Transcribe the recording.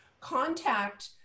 Contact